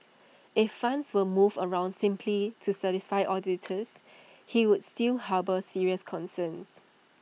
if funds were moved around simply to satisfy auditors he would still harbour serious concerns